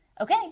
Okay